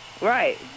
Right